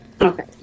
Okay